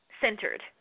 centered